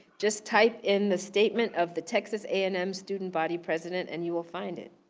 just type in the statement of the texas a and m student body p resident and you will find it.